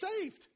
saved